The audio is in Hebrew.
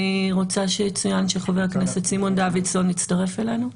אני רוצה שיצוין שחבר הכנסת סימון דוידסון הצטרף אלינו.